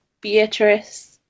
Beatrice